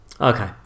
Okay